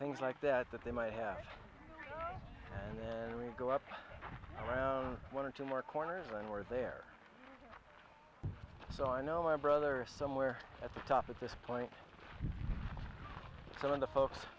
things like that that they might have and then we'll go up around one or two more corners and we're there so i know my brother somewhere at the top at this point going to folks